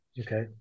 Okay